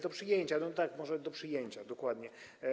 do przyjęcia, no tak, może do przyjęcia, dokładnie.